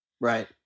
Right